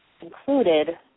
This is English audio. included